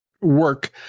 work